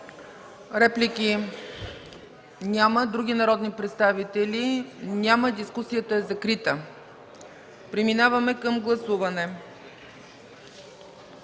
Реплики? Няма. Други народни представители? Няма. Дискусията е закрита. Преминаваме към гласуване.